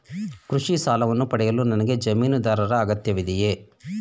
ಕೃಷಿ ಸಾಲವನ್ನು ಪಡೆಯಲು ನನಗೆ ಜಮೀನುದಾರರ ಅಗತ್ಯವಿದೆಯೇ?